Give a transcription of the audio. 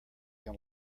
can